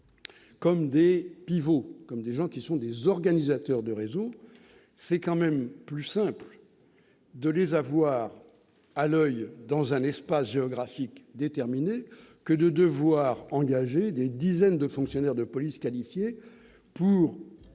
comme des pivots, des organisateurs de réseaux, il est tout de même plus simple de les avoir à l'oeil dans un espace géographique déterminé que d'engager des dizaines de fonctionnaires de police qualifiés pour